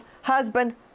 husband